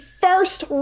first